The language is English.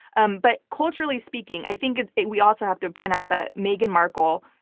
um but culturally speaking, i think we also have to point out that meghan markle,